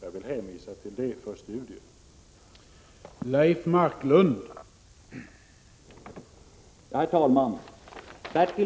Jag vill hänvisa till protokollet från den debatten för studium.